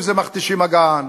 אם זה "מכתשים אגן",